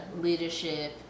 leadership